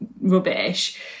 rubbish